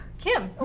kim. oh,